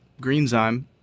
Greenzyme